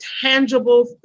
tangible